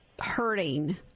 hurting